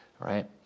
Right